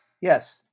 Yes